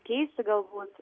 keisti galbūt